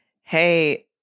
Hey